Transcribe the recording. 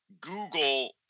Google